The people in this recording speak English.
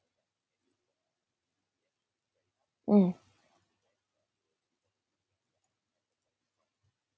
um